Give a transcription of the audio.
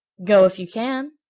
go, if you can!